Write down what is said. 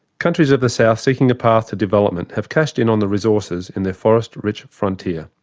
countries of the south seeking a path to development have cashed in on the resources in their forest-rich frontier.